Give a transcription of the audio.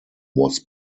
was